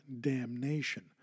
damnation